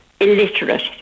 illiterate